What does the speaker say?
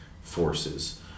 forces